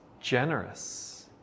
generous